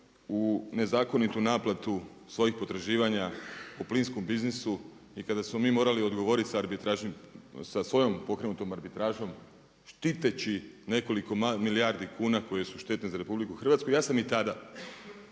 u nezakonitu naplatu svojih potraživanja u plinskom biznisu i kada smo mi morali odgovoriti s arbitražnim, sa svojom pokrenutom arbitražom štiteći nekoliko milijardi kuna koje su štetne za RH. Ja sam i tada